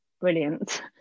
brilliant